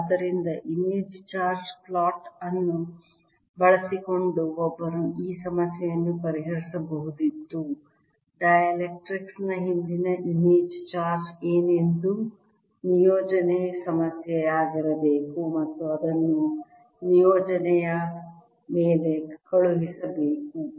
ಆದ್ದರಿಂದ image charge plot ಅನ್ನು ಬಳಸಿಕೊಂಡು ಒಬ್ಬರು ಈ ಸಮಸ್ಯೆಯನ್ನು ಪರಿಹರಿಸಬಹುದಿತ್ತುಡೈಎಲೆಕ್ಟ್ರಿಕ್ ನ ಹಿಂದೆ ಇಮೇಜ್ ಚಾರ್ಜ್ ಏನೆಂದು ನಿಯೋಜನೆ ಸಮಸ್ಯೆಯಾಗಿರಬೇಕು ಮತ್ತು ಅದನ್ನು ನಿಯೋಜನೆಯ ಮೇಲೆ ಕಳುಹಿಸಬೇಕು